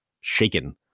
shaken